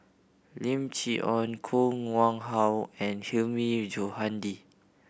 Lim Chee Onn Koh Nguang How and Hilmi Johandi